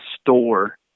store